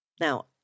Now